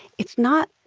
it's not,